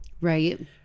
right